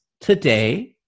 Today